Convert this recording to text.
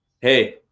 hey